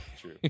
True